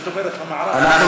שזאת אומרת שהמערך,